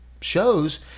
shows